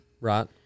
right